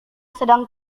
sedang